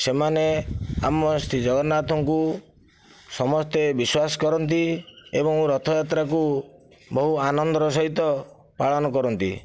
ସେମାନେ ଆମ ଶ୍ରୀଜଗନ୍ନାଥଙ୍କୁ ସମସ୍ତେ ବିଶ୍ୱାସ କରନ୍ତି ଏବଂ ରଥଯାତ୍ରାକୁ ବହୁ ଆନନ୍ଦର ସହିତ ପାଳନ କରନ୍ତି